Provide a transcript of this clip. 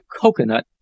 coconut